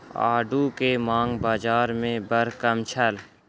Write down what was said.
आड़ू के मांग बाज़ार में बड़ कम छल